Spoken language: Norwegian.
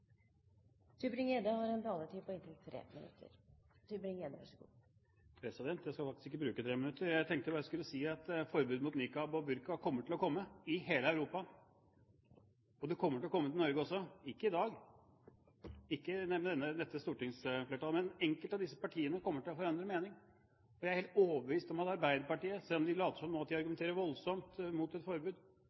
har en taletid på inntil 3 minutter. Jeg skal faktisk ikke bruke 3 minutter. Jeg tenkte bare at jeg skulle si at forbud mot niqab og burka kommer til å komme i hele Europa. Det kommer til å komme til Norge også – ikke i dag, ikke med dette stortingsflertallet, men enkelte av disse partiene kommer til å forandre mening. Jeg er helt overbevist om at Arbeiderpartiet, selv om de nå later som om de argumenterer voldsomt mot et forbud, vil være for et forbud den dagen EU kommer til å vedta et forbud